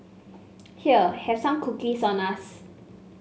here have some cookies on us